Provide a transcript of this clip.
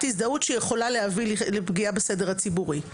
הזדהות שיכולה להביא לפגיעה בסדר הציבורי.